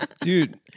Dude